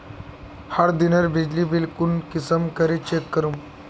हर दिनेर बिजली बिल कुंसम करे चेक करूम?